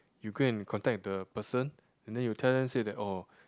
you go and contact the person and then you tell them said that oh